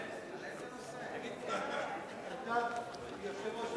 אדוני היושב-ראש,